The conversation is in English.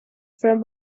from